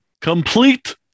Complete